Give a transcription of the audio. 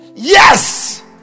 Yes